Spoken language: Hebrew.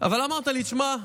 אבל אמרת לי: תשמע,